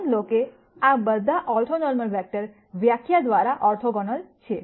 નોંધ લો કે બધા ઓર્થોનોર્મલ વેક્ટર વ્યાખ્યા દ્વારા ઓર્થોગોનલ છે